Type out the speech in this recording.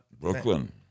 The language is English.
Brooklyn